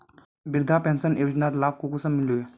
वृद्धा पेंशन योजनार लाभ कुंसम मिलबे?